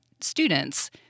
students